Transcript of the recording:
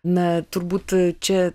na turbūt čia